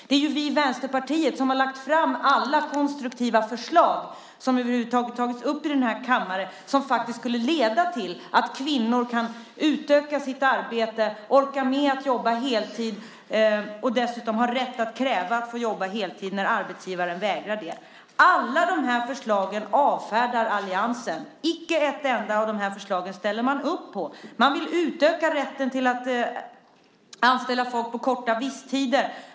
Det är vi i Vänsterpartiet som har lagt fram alla konstruktiva förslag som över huvud taget har tagits upp här i kammaren - förslag som faktiskt skulle leda till att kvinnor kan utöka sin arbetstid, orka jobba heltid och dessutom ha rätt att kräva att få jobba heltid även om arbetsgivaren vägrar det. Alla de här förslagen avfärdas av alliansen. Icke ett enda av de här förslagen ställer man upp på. Man vill utöka rätten att anställa folk i korta visstidsanställningar.